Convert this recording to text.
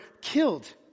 killed